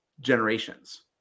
generations